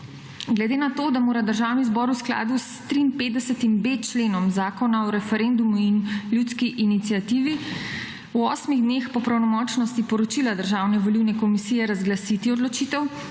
Glede na to, da mora Državni zbor v skladu s 53.b členom Zakona o referendumu in ljudski iniciativi v osmih dneh po pravnomočnosti poročila državne volilne komisije razglasiti odločitev,